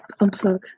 unplug